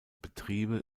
betriebe